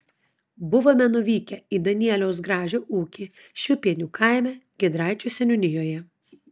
buvome nuvykę į danieliaus gražio ūkį šiupienių kaime giedraičių seniūnijoje